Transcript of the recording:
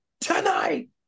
tonight